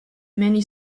many